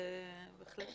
אני בהחלט